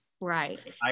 Right